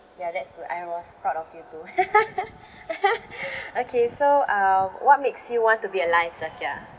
ya that's good I was proud of you too okay so um what makes you want to be alive zakiah